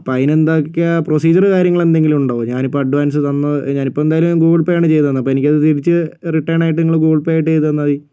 ഇപ്പോൾ അതിനെന്തൊക്കെയാണ് പ്രൊസീജർ കാര്യങ്ങൾ എന്തെങ്കിലും ഉണ്ടോ ഞാൻ ഇപ്പോൾ അഡ്വാൻസ് തന്ന ഞാനിപ്പോൾ എന്തായാലും ഗൂഗിൾ പേ ആണ് ചെയ്ത് തന്നത് എനിക്ക് ഇപ്പോൾ അത് തിരിച്ച് എനിക്ക് റിട്ടേൺ ആയിട്ട് നിങ്ങൾ ഗൂഗിൾ പേ ചെയ്ത് തന്നാൽ മതി